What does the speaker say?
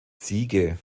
ziege